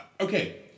Okay